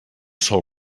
sol